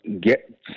get